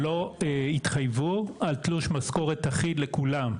שלא התחייבו על תלוש משכורת אחיד לכולם.